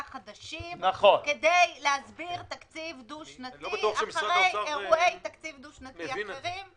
חדשים כדי להסביר תקציב דו-שנתי אחרי אירועי תקציב דו-שנתי אחרים.